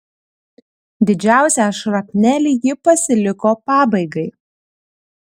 didžiausią šrapnelį ji pasiliko pabaigai